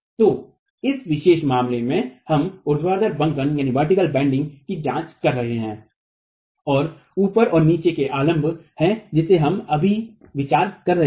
तो इस विशेष मामले में हम ऊर्ध्वाधर बंकन की जांच कर रहे हैं और ऊपर और नीचे के आलंब हैं जिस पर हम अभी विचार कर रहे हैं